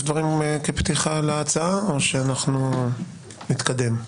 דברים כפתיחה להצעה או שאנחנו נתקדם?